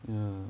ya